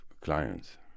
clients